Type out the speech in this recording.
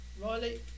Riley